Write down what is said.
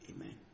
Amen